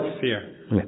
Fear